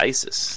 Isis